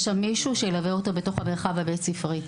שם מישהו שילווה אותו בתוך המרחב הבית ספרי,